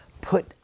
put